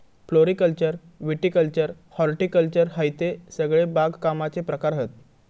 floriculture viticulture horticulture हयते सगळे बागकामाचे प्रकार हत